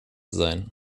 sein